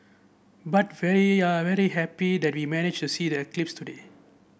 but very very happy that we managed to see the eclipse today